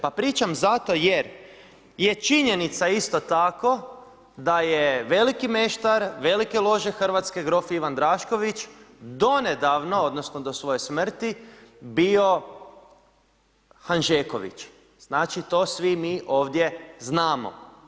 Pa pričam zato jer je činjenica isto tako da je veliki meštar velike lože hrvatske grog Ivan Drašković donedavno odnosno do svoje smrti bio Hanžeković, znači to svi mi ovdje znamo.